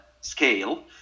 scale